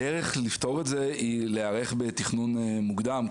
הדרך לפתור את זה היא להיערך בתכנון מוקדם.